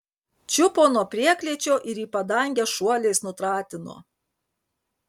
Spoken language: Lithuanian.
čiupo nuo prieklėčio ir į padangę šuoliais nutratino